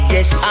Yes